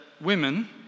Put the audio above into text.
women